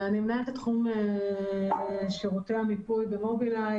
אני מנהלת את תחום שירותי המיפוי במובילאיי.